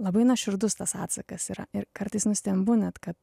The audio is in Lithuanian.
labai nuoširdus tas atsakas yra ir kartais nustembu net kad